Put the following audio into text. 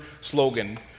slogan